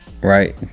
right